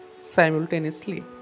simultaneously